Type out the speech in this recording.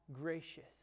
gracious